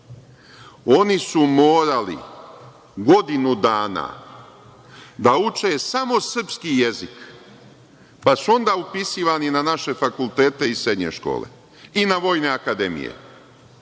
Oni su morali godinu dana da uče samo srpski jezik, pa su onda upisivani na naše fakultete i srednje škole i na vojne akademije.